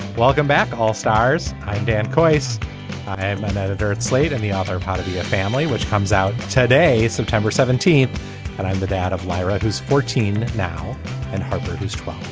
welcome back. all stars hi dan kois i am an editor at slate and the author of how to be a family which comes out today september seventeenth and i'm the dad of lyra who's fourteen now and harper who's twelve.